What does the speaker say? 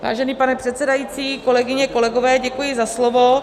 Vážený pane předsedající, kolegyně, kolegové, děkuji za slovo.